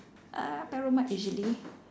err perromart usually